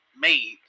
made